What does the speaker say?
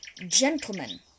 gentlemen